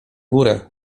górę